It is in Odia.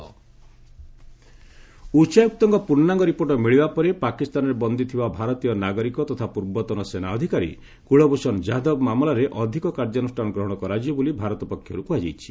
ଯାଧବ ଇସଲାମାବାଦ୍ ଉଚ୍ଚାୟୁକ୍ତଙ୍କ ପୂର୍ଣ୍ଣାଙ୍ଗ ରିପୋର୍ଟ ମିଳିବା ପରେ ପାକିସ୍ତାନରେ ବନ୍ଦିଥିବା ଭାରତୀୟ ନାଗରିକ ତଥା ପୂର୍ବତନ ସେନାଅଧିକାରୀ କୁଳଭୂଷଣ ଯାଧବ ମାମଲାରେ ଅଧିକ କାର୍ଯ୍ୟାନୁଷ୍ଠାନ ଗ୍ରହଣ କରାଯିବ ବୋଲି ଭାରତ ପକ୍ଷରୁ କୁହାଯାଇଛି